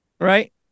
Right